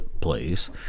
place